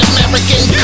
American